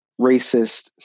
racist